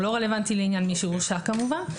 הוא לא רלוונטי לעניין מי שהורשע כמובן.